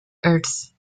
earth